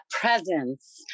presence